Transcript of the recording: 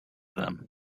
them